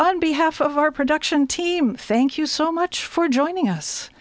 on behalf of our production team thank you so much for joining us